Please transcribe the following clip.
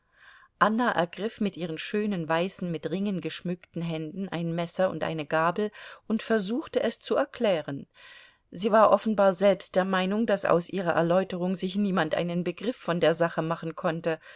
anna ergriff mit ihren schönen weißen mit ringen geschmückten händen ein messer und eine gabel und versuchte es zu erklären sie war offenbar selbst der meinung daß aus ihrer erläuterung sich niemand einen begriff von der sache machen konnte